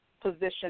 position